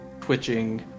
twitching